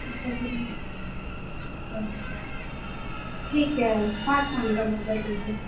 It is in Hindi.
उसका कितना अच्छा है ठीक है पाँच कोन वाला कर दीजिए